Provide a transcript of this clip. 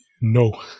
no